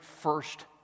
first